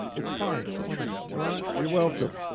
it's fine. come on in. you're all right? you're welcome.